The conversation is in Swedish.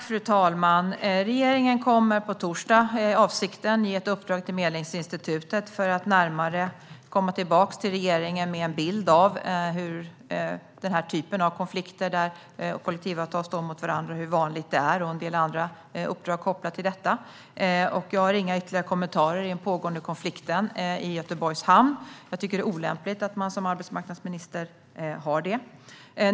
Fru talman! Regeringens avsikt är att på torsdag ge ett uppdrag till Medlingsinstitutet att komma tillbaka till regeringen med en bild av hur vanlig denna typ av konflikter, där kollektivavtal står mot varandra, är. Det blir även en del andra uppdrag kopplat till detta. Jag har inga ytterligare kommentarer till den pågående konflikten i Göteborgs hamn. Jag tycker att det vore olämpligt att som arbetsmarknadsminister ha det.